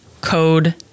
code